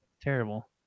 terrible